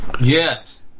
Yes